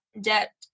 debt